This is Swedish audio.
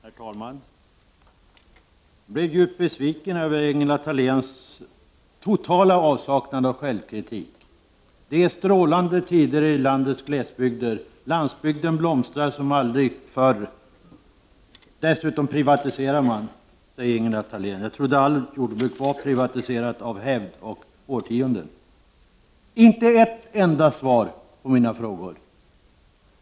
Herr talman! Jag blev djupt besviken över Ingela Thaléns totala avsaknad av självkritik. Det är strålande tider i landets glesbygder, landsbygden blomstrar som aldrig förr! Dessutom privatiserar man, sade Ingela Thalén. Jag trodde allt jordbruk var privatiserat av hävd och sedan årtionden. Inte ett enda svar fick jag på mina frågor!